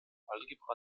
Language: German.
algebra